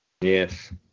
Yes